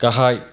गाहाय